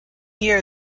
year